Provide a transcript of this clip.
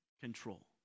control